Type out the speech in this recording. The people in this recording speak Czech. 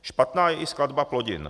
Špatná je i skladba plodin.